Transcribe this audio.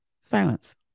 silence